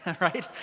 right